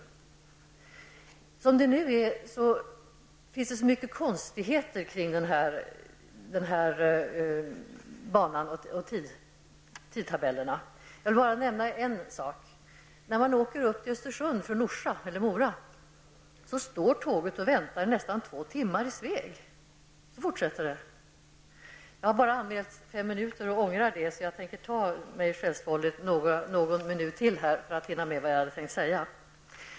Som det nu är finns det så mycket konstigheter kring den här banan och tidtabellerna. Jag skall bara nämna en. När man åker upp till Östersund från Orsa eller Mora står tåget och väntar i nästan två timmar i Sveg. Sedan fortsätter det. Jag har bara anmält mig för fem minuter och ångrar det, så jag tänker själsvådligt ta mig någon minut till, för att hinna med vad jag hade tänkt säga.